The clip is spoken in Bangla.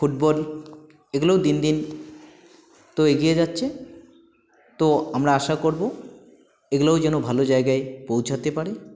ফুটবল এগুলোও দিন দিন তো এগিয়ে যাচ্ছে তো আমরা আশা করব এগুলোও যেন ভালো জায়গায় পৌঁছাতে পারে